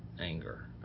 anger